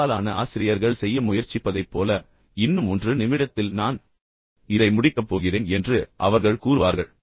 பெரும்பாலான ஆசிரியர்கள் செய்ய முயற்சிப்பதைப் போல இன்னும் 1 நிமிடத்தில் நான் இதை முடிக்கப் போகிறேன் என்று அவர்கள் கூறுவார்கள்